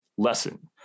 lesson